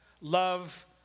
love